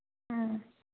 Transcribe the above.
ꯎꯝ